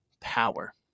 power